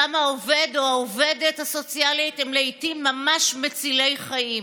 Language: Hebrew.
שם העובד או העובדת הסוציאליים הם לעיתים ממש מצילי חיים.